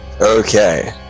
Okay